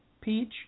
Peach